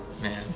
man